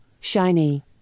shiny